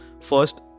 First